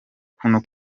kuno